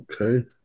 Okay